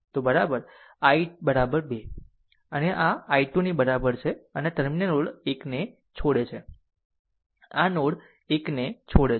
તો બરાબર બરાબર i 2 i i અને i 2 ની બરાબર છે આ આ ટર્મિનલ નોડ 1 ને છોડે છે આ નોડ 1 ને છોડે છે